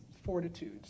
fortitude